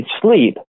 sleep